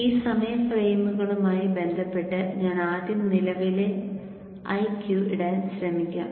ഈ സമയ ഫ്രെയിമുകളുമായി ബന്ധപ്പെട്ട് ഞാൻ ആദ്യം നിലവിലെ Iq ഇടാൻ ശ്രമിക്കാം